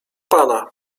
pana